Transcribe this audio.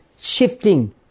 shifting